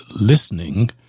listening